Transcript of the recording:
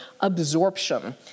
absorption